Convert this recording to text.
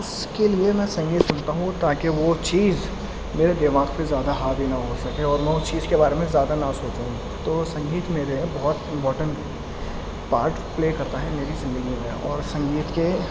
اس کے لیے میں سنگیت سنتا ہوں تاکہ وہ چیز میرے دماغ پہ زیادہ حاوی نہ ہو سکے اور میں اس چیز کے بارے میں زیادہ نہ سوچوں تو سنگیت میرے لیے بہت امپوٹنٹ پارٹ پلے کرتا ہے میری زندگی میں اور سنگیت کے